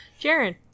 Jaren